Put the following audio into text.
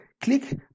click